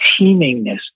teemingness